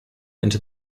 into